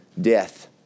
death